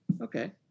Okay